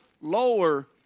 lower